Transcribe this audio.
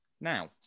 now